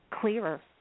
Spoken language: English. clearer